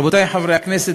רבותי חברי הכנסת,